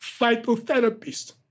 phytotherapist